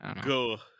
Go